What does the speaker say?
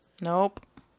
Nope